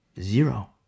zero